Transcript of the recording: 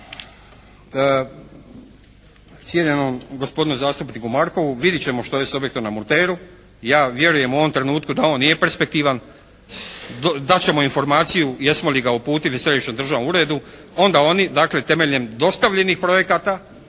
Cijenjenom gospodinu Markovu. Vidjet ćemo što je s objektom na Murteru. Ja vjerujem u ovom trenutku da on …/Govornik se ne razumije./… perspektivan. Dat ćemo informaciju jesmo li ga uputili Središnjem državnom uredu. Onda oni temeljem dostavljenih projekata